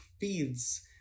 feeds